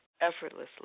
effortlessly